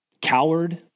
Coward